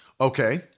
Okay